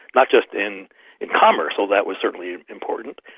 not just in in commerce, although that was certainly important,